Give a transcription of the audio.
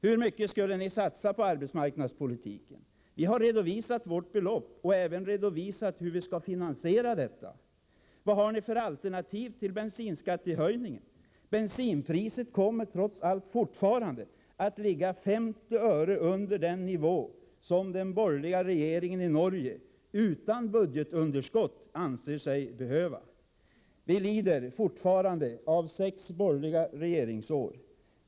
Hur mycket skulle ni satsa på arbetsmarknadspolitiken? Vi har redovisat vårt belopp och även redovisat hur vi skall finansiera detta. Vad har ni för alternativ till bensinskattehöjningen? Bensinpriset kommer trots allt fortfarande att ligga 50 öre under den nivå som den borgerliga regeringen i Norge — utan budgetunderskott — anser sig behöva. Vi lider fortfarande av sex borgerliga regeringsår.